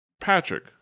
Patrick